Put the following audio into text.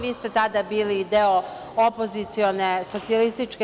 Vi ste tada bili deo opozicione SPS.